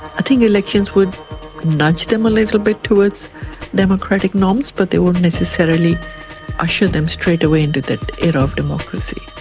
i think the elections would nudge them a little bit towards democratic norms but they won't necessarily usher them straight away into that era of democracy.